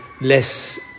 less